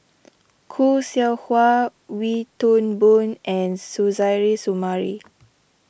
Khoo Seow Hwa Wee Toon Boon and Suzairhe Sumari